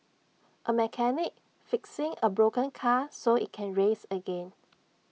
A mechanic fixing A broken car so IT can race again